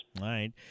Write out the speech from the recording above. right